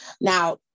Now